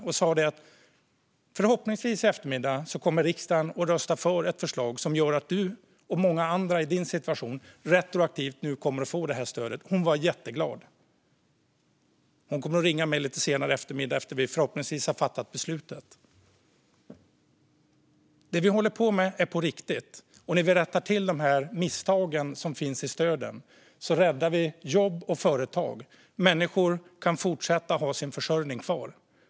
Jag sa till henne att riksdagen i eftermiddag förhoppningsvis kommer att rösta för ett förslag som gör att hon och många andra i hennes situation retroaktivt kommer att få stödet. Hon var jätteglad. Hon kommer att ringa mig lite senare i eftermiddag efter att vi förhoppningsvis har fattat beslutet. Det vi håller på med är på riktigt, och när vi rättar till misstagen som finns i stöden räddar vi jobb och företag. Människor kan fortsätta att ha sin försörjning kvar.